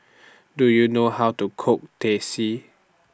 Do YOU know How to Cook Teh C